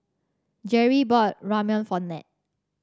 Jerri bought Ramyeon for Nat